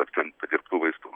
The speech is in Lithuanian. ar ten padirbtų vaistų